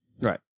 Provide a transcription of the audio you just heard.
right